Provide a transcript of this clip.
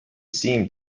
seem